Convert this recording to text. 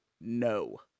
no